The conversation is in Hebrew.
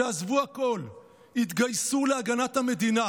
שעזבו הכול והתגייסו להגנת המדינה,